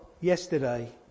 Yesterday